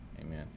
amen